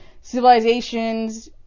civilizations